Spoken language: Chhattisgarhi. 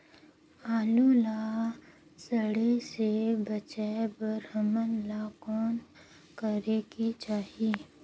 आलू ला सड़े से बचाये बर हमन ला कौन करेके चाही?